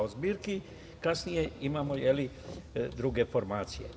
O zbirki kasnije imamo druge formacije.